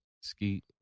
Skeet